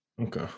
Okay